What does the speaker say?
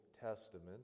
Testament